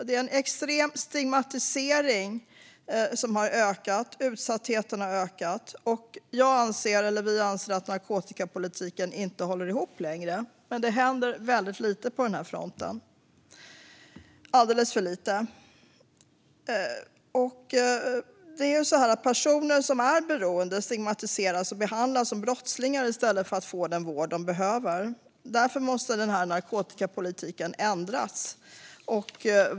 Det finns en extrem stigmatisering och utsatthet, som dessutom har ökat. Vi anser att narkotikapolitiken inte håller ihop längre, men det händer väldigt lite på den här fronten - alldeles för lite. Personer som är beroende stigmatiseras och behandlas som brottslingar i stället för att få den vård de behöver. Därför måste narkotikapolitiken ändras.